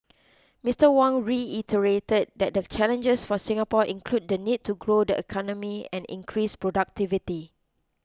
Mister Wong reiterated that the challenges for Singapore include the need to grow the economy and increase productivity